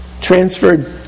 transferred